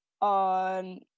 on